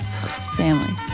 Family